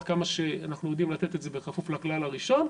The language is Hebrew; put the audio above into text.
עד כמה שאנחנו יודעים לתת את זה בכפוף לכלל הראשון.